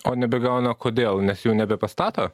o nebegauna kodėl nes jų nebepastato